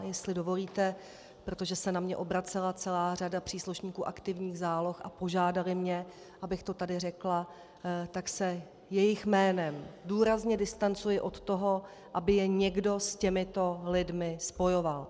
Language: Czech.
Jestli dovolíte, protože se na mě obracela celá řada příslušníků aktivních záloh a požádali mě, abych to tady řekla, tak se jejich jménem důrazně distancuji od toho, aby je někdo s těmito lidmi spojoval.